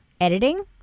editing